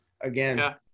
Again